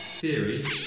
Theory